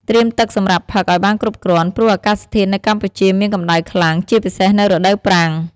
ត្រៀមទឹកសម្រាប់ផឹកឲ្យបានគ្រប់គ្រាន់ ព្រោះអាកាសធាតុនៅកម្ពុជាមានកម្ដៅខ្លាំង ជាពិសេសនៅរដូវប្រាំង។